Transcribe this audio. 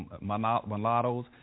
mulattoes